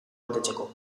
betetzeko